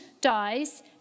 dies